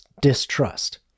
distrust